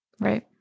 Right